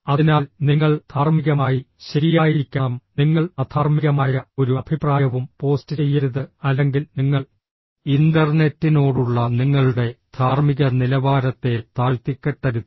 അതിനാൽ നിങ്ങൾ ധാർമ്മികമായി ശരിയായിരിക്കണം നിങ്ങൾ അധാർമ്മികമായ ഒരു അഭിപ്രായവും പോസ്റ്റ് ചെയ്യരുത് അല്ലെങ്കിൽ നിങ്ങൾ ഇന്റർനെറ്റിനോടുള്ള നിങ്ങളുടെ ധാർമ്മിക നിലവാരത്തെ താഴ്ത്തിക്കെട്ടരുത്